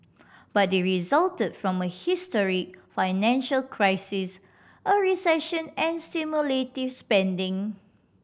but they resulted from a historic financial crisis a recession and stimulative spending